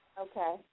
Okay